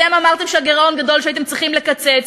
אתם אמרתם שהגירעון גדול והייתם צריכים לקצץ.